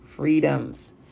freedoms